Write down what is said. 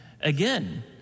Again